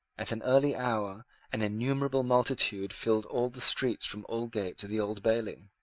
at an early hour an innumerable multitude filled all the streets from aldgate to the old bailey.